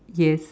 yes